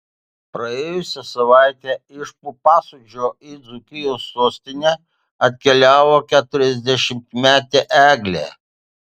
praėjusią savaitę iš pupasodžio į dzūkijos sostinę atkeliavo keturiasdešimtmetė eglė